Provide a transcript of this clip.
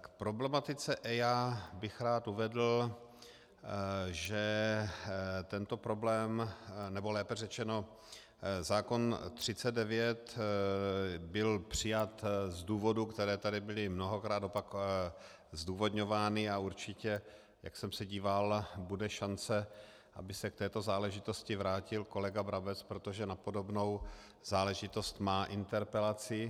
k problematice EIA bych rád uvedl, že tento problém, nebo lépe řečeno zákon 39 byl přijat z důvodů, které tady byly mnohokrát zdůvodňovány, a určitě, jak jsem se díval, bude šance, aby se k této záležitosti vrátil kolega Brabec, protože na podobnou záležitost má interpelaci.